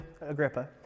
Agrippa